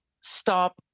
stop